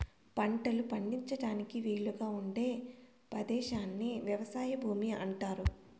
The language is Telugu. పంటలు పండించడానికి వీలుగా ఉండే పదేశాన్ని వ్యవసాయ భూమి అంటారు